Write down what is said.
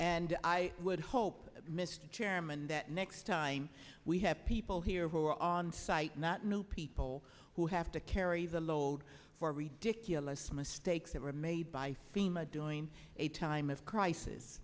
and i would hope mr chairman that next time we have people here who are on site not new people who have to carry the load for ridiculous mistakes that were made by sema doing a time of crisis